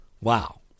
Wow